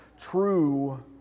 true